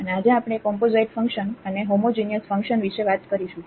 અને આજે આપણે કૉમ્પોઝાઈટ ફંક્શન અને હોમોજિનિયસ ફંક્શન વિશે વાત કરીશું